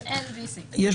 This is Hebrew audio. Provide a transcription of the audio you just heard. אין VC. צריך לומר את זה.